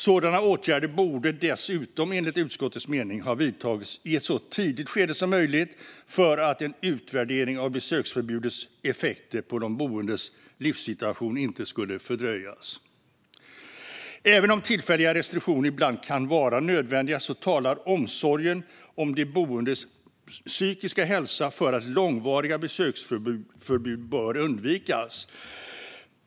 Sådana åtgärder borde dessutom, enligt utskottets mening, ha vidtagits i ett så tidigt skede som möjligt för att en utvärdering av besöksförbudets effekter på de boendes livssituation inte skulle fördröjas. Även om tillfälliga restriktioner ibland kan vara nödvändiga talar omsorgen om de boendes psykiska hälsa för att långvariga besöksförbud bör undvikas.